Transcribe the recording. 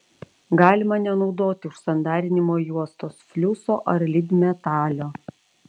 galima nenaudoti užsandarinimo juostos fliuso ar lydmetalio